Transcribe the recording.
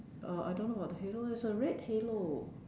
uh I don't know about the halo it's a red halo